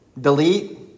delete